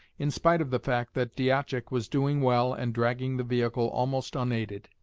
in spite of the fact that diashak was doing well and dragging the vehicle almost unaided.